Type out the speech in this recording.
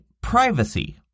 privacy